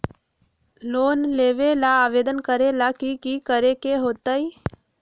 Loan लेबे ला आवेदन करे ला कि करे के होतइ?